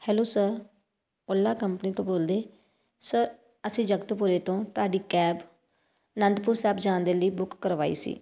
hello sir Ola company ਤੋਂ ਬੋਲਦੇ sir ਅਸੀਂ ਜਗਤਪੁਰੇ ਤੋਂ ਤੁਹਾਡੀ ਕੈਬ ਅਨੰਦਪੁਰ ਸਾਹਿਬ ਜਾਣ ਦੇ ਲਈ ਬੁੱਕ ਕਰਵਾਈ ਸੀ